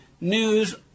News